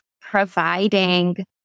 providing